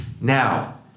Now